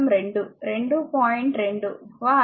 2 వ అధ్యాయం లేదా v IR